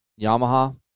Yamaha